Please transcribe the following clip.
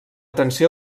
tensió